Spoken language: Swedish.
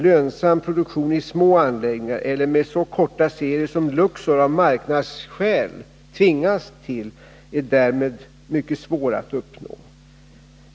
Lönsam produktion i små anläggningar eller med så korta serier som Luxor av marknadsskäl tvingas till är därmed mycket svår att uppnå.